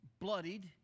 bloodied